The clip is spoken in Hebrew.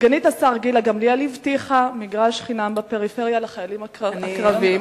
סגנית השר גילה גמליאל הבטיחה מגרש חינם בפריפריה לחיילים הקרביים.